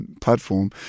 platform